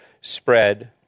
spread